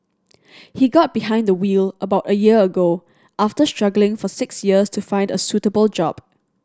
he got behind the wheel about a year ago after struggling for six years to find a suitable job